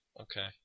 Okay